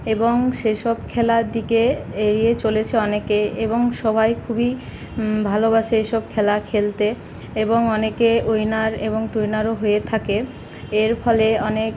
এবং সেসব খেলার দিকে এগিয়ে চলেছে অনেকে এবং সবাই খুবই ভালোবাসে এসব খেলা খেলতে এবং অনেকে উইনার এবং টুইনারও হয়ে থাকে এর ফলে অনেক